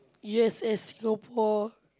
U_S_S Singapore